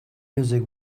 music